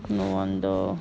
no wonder